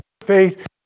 faith